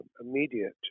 immediate